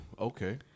okay